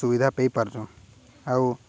ସୁବିଧା ପେଇପାରୁଛନ୍ ଆଉ